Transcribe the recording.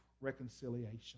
reconciliation